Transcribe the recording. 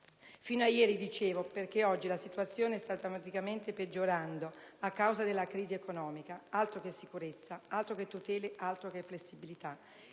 Fino a ieri, dicevo, perché oggi la situazione sta drammaticamente peggiorando a causa della crisi economica. Altro che sicurezza, altro che tutele, altro che flessibilità.